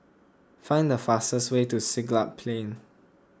find the fastest way to Siglap Plain